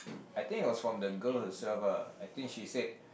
I think it was from the girl herself ah I think she said